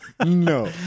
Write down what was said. No